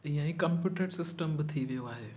इअं ई computer system बि थी वियो आहे